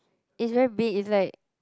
is very big is like